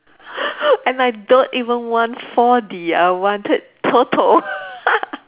and I don't even want four D I wanted TOTO